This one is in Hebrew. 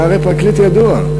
אתה הרי פרקליט ידוע.